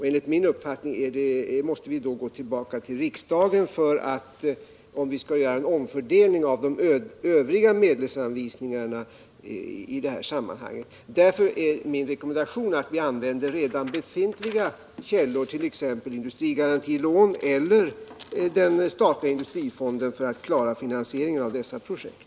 Enligt min uppfattning måste vi gå tillbaka till riksdagen, om vi i detta sammanhang skall göra en omfördelning av de övriga medelsanvisningarna. Därför är min rekommen dation att vi använder redan befintliga källor, t.ex. industrigarantilån eller. Nr 29 den statliga industrifonden, för att klara finansieringen av dessa projekt.